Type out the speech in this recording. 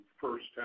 first